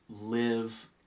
live